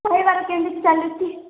ପରିବାର କେମିତି ଚାଲୁଛି